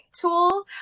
tool